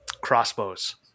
crossbows